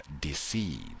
deceive